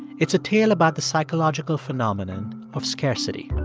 it's a tale about the psychological phenomenon of scarcity.